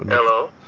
and hello?